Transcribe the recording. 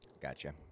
Gotcha